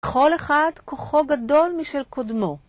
כל אחד כוחו גדול משל קודמו